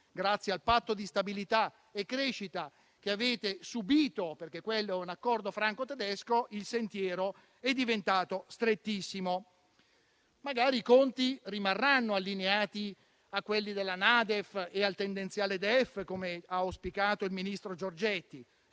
grazie al Patto di stabilità e crescita che avete subito - perché quello è un accordo franco-tedesco - il sentiero è diventato strettissimo. Magari i conti rimarranno allineati a quelli della NADEF e al tendenziale del DEF, come ha auspicato il ministro Giorgetti,